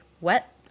wet